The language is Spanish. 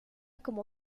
como